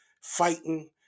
fighting